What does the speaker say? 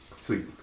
Sweet